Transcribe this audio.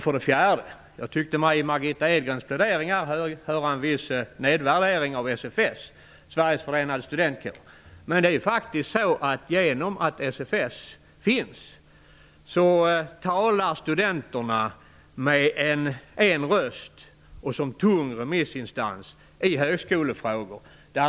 För det fjärde tyckte jag mig i Margitta Edgrens plädering höra en viss nedvärdering av SFS, Sveriges Förenade Studentkårer. Genom att SFS finns talar faktiskt studenterna med en röst och är en tung remissinstans i högskolefrågor.